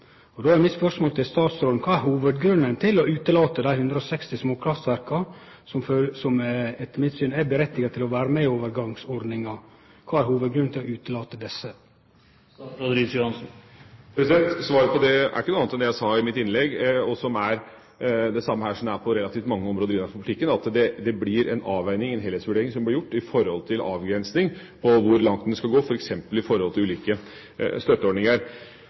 Då er mitt spørsmål til statsråden: Kva er hovudgrunnen til å utelate dei 160 småkraftverka, som etter mitt syn har rett til å vere med i overgangsordninga? Kva er hovudgrunnen til å utelate desse? Svaret på det er ikke noe annet enn det jeg sa i mitt innlegg, og som er det samme her som på relativt mange områder innenfor politikken, at det blir en avveining, en helhetsvurdering som blir gjort om avgrensning, f.eks. hvor langt en skal gå når det gjelder ulike